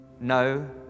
No